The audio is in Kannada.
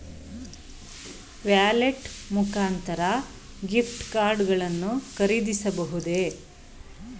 ವ್ಯಾಲೆಟ್ ಮುಖಾಂತರ ಗಿಫ್ಟ್ ಕಾರ್ಡ್ ಗಳನ್ನು ಖರೀದಿಸಬಹುದೇ?